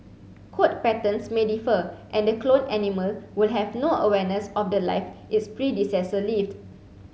coat patterns may differ and the cloned animal will have no awareness of The Life its predecessor lived